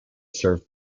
served